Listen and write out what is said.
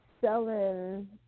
selling